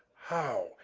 how,